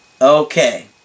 Okay